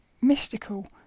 mystical